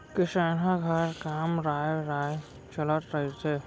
किसनहा घर काम राँय राँय चलत रहिथे